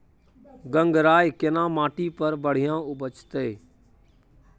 गंगराय केना माटी पर बढ़िया उपजते?